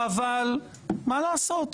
אבל מה לעשות,